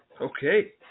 Okay